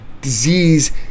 disease